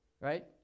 right